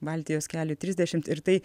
baltijos keliui trisdešimt ir tai